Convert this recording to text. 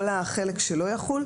כל החלק שלא יחול,